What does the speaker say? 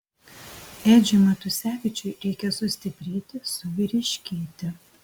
edžiui matusevičiui reikia sustiprėti suvyriškėti